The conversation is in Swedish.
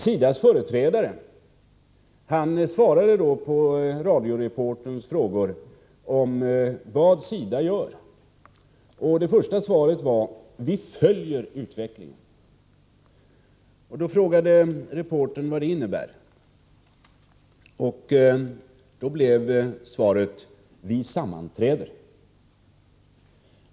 SIDA:s företrädare svarade då på radioreporterns frågor om vad SIDA gör. Det första svaret var: Vi följer utvecklingen. Då frågade reportern vad det innebär, och svaret blev: Vi sammanträder.